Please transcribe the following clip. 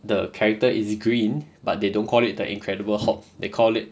the character is green but they don't call it the incredible hulk they call it